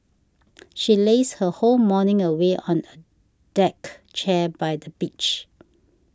she lazed her whole morning away on a deck chair by the beach